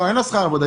אין לה שכר עבודה.